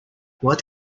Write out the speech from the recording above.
what